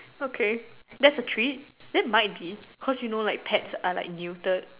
okay that's a treat that might be cause you know like pets are like muted